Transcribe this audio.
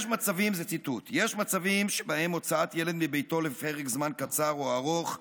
זה ציטוט: "יש מצבים בהם הוצאת ילד מביתו לפרק זמן קצר או ארוך,